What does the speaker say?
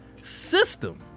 system